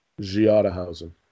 Giadahausen